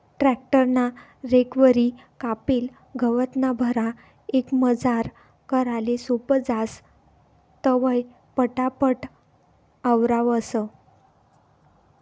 tractor ना रेकवरी कापेल गवतना भारा एकमजार कराले सोपं जास, तवंय पटापट आवरावंस